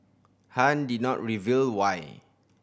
Han did not reveal why